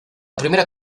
primera